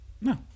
No